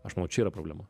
aš manau čia yra problema